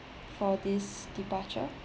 for this departure